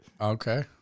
Okay